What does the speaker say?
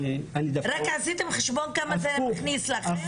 אלא רק עשיתם חשבון כמה זה מכניס לכם?